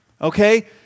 Okay